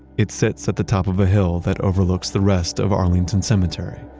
it sits at the top of a hill that overlooks the rest of arlington cemetery.